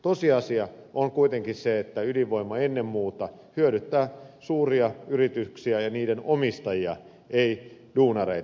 tosiasia on kuitenkin se että ydinvoima ennen muuta hyödyttää suuria yrityksiä ja niiden omistajia ei duunareita